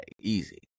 Easy